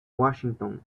washington